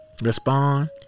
Respond